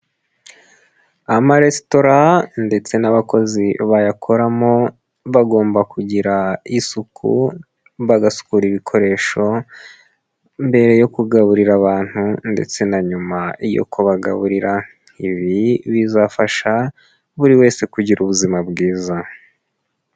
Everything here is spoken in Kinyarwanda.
Amaresitora ndetse n'abakozi bayakoramo bagomba kugira isuku bagasukura ibikoresho mbere yo kugaburira abantu ndetse na nyuma yo kubagaburira, ibi bizafasha buri wese kugira ubuzima bwiza.